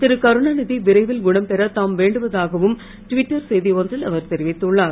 திருகருணாநிதி விரைவில் குணம் பெற தாம் வேண்டுவதாகவும் டுவிட்டர் செய்தி ஒன்றில் அவர் தெரிவித்துள்ளார்